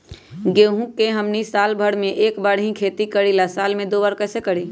गेंहू के हमनी साल भर मे एक बार ही खेती करीला साल में दो बार कैसे करी?